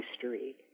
history